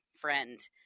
friend